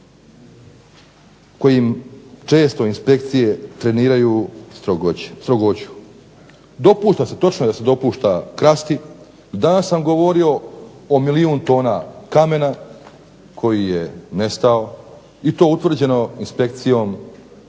kojim često inspekcije treniraju strogoću. Dopušta se, točno je da se dopušta krasti. Danas sam govorio o milijun tona kamena koji je nestao. I to je utvrđeno inspekcijom